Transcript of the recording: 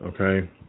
okay